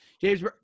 James